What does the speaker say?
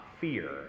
fear